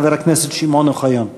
חבר הכנסת שמעון אוחיון.